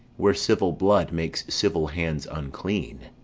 where civil blood makes civil hands unclean.